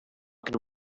can